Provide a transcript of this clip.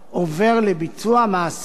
עובר לביצוע המעשה,